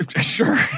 Sure